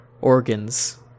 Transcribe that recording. Organs